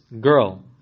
girl